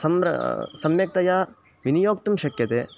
सम्र सम्यक्तया विनियोक्तुं शक्यते